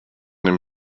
dem